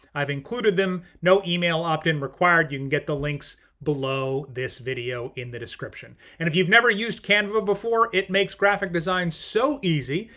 i've included them, no email opt in required. you can get the links below this video in the description. and if you've never used canva before, it makes graphic design so easy,